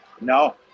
No